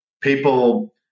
people